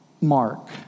Mark